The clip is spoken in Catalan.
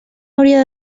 hauria